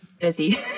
Busy